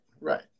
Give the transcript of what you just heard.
right